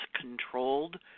controlled